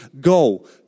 go